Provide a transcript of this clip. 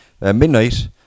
midnight